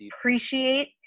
appreciate